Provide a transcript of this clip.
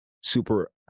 super